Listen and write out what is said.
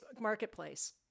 marketplace